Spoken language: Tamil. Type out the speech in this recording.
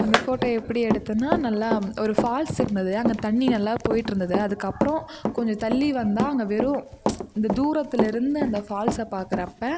அந்த ஃபோட்டோ எப்படி எடுத்தேனால் நல்லா ஒரு ஃபால்ஸ் இருந்தது அங்கே தண்ணி நல்லா போய்விட்டு இருந்தது அதுக்கப்புறம் கொஞ்சம் தள்ளி வந்தால் அங்கே வெறும் இந்த தூரத்தில் இருந்து அந்த ஃபால்ஸ்ஸை பார்க்குறப்ப